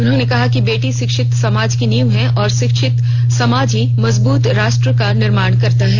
उन्होंने कहा कि बेटी शिक्षित समाज की नींव हैं और शिक्षित समाज ही मजबूत राष्ट्र का निर्माण करता है